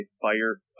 fire